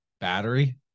battery